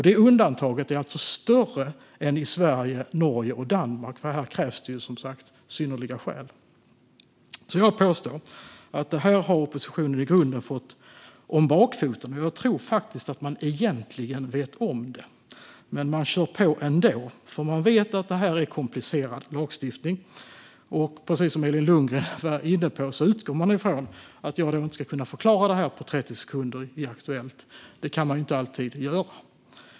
Det undantaget är alltså större än i Sverige, Norge och Danmark, för här krävs det som sagt synnerliga skäl. Jag påstår därmed att oppositionen i grunden har fått detta om bakfoten, och jag tror faktiskt att man egentligen vet om det. Men man kör på ändå, för man vet att det här är komplicerad lagstiftning. Precis som Elin Lundgren var inne på utgår man ifrån att jag inte ska kunna förklara detta på 30 sekunder i Aktuellt . Det kan man ju inte alltid göra.